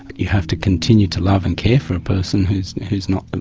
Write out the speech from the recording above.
you have to continue to love and care for a person who's who's not,